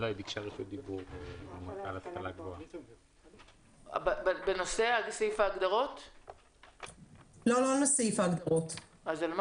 "דיווח על יישום החוק במשרדי ממשלה 2. משרד